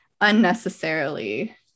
unnecessarily